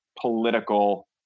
political